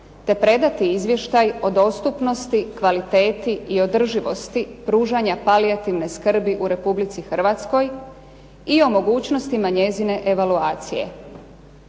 te predati izvještaj o dostupnosti, kvaliteti i održivosti pružanja palijativne skrbi u Republici Hrvatskoj i o mogućnostima njezine evaluacije.